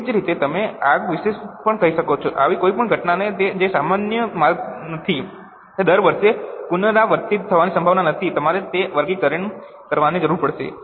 તે જ રીતે તમે આગ વિશે પણ કહી શકો છો આવી કોઈપણ ઘટનાઓ જે સામાન્ય માર્ગમાં નથી તે દર વર્ષે પુનરાવર્તિત થવાની સંભાવના નથી તમારે તેનું વર્ગીકરણ કરવાની જરૂર પડશે